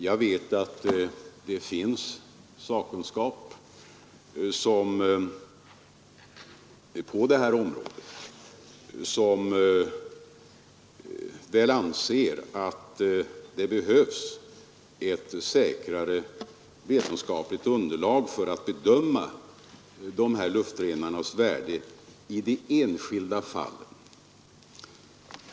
Jag vet att det finns sakkunskap på detta område som anser att det behövs ett säkrare vetenskapligt underlag för att bedöma ifrågavarande luftrenares värde i de enskilda fallen.